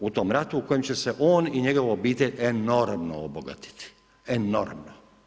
U tom ratu u kojem će se on i njegova obitelj enormno obogatiti, enormno.